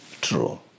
True